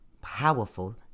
Powerful